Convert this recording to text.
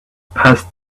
passed